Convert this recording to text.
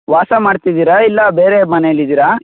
ವಾಸ ಮಾಡ್ತಿದ್ದೀರಾ ಇಲ್ಲ ಬೇರೆ ಮನೆಯಲ್ಲಿದ್ದೀರಾ